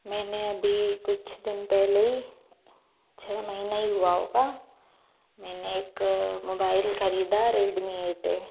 मैंने अभी कुछ दिन पहले छः महीना ही हुआ होगा मैंने एक मोबाइल खरीद रेडमी एट ए